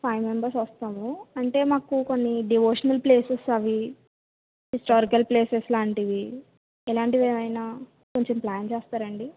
five members వస్తాము అంటే మాకు కొన్ని డివోషనల్ ప్లేసెస్ అవి హిస్టారికల్ ప్లేసెస్ లాంటివి ఇలాంటివి ఏవైనా కొంచెం ప్లాన్ చేస్తారాండి